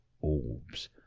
orbs